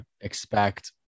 expect